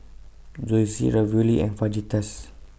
Zosui Ravioli and Fajitas